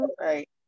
right